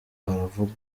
uravuga